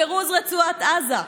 פירוז רצועת עזה,